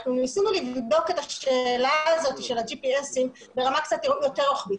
ניסינו לבדוק את השאלה של ה-GPSברמה קצת יותר רוחבית.